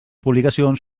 publicacions